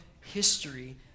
history